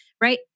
Right